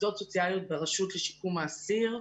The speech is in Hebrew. עובדות סוציאליות ברשות לשיקום האסיר,